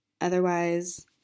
Otherwise